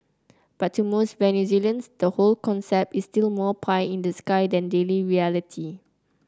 but to most Venezuelans the whole concept is still more pie in the sky than daily reality